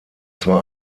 zwar